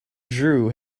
drew